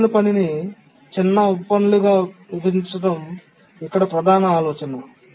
క్లిష్టమైన పనిని చిన్న ఉప పనులుగా విభజించడం ఇక్కడ ప్రధాన ఆలోచన